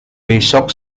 besok